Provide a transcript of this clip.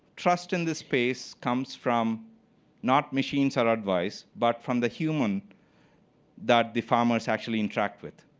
trust in this space comes from not machines or advice, but from the human that the farmers actually interact with.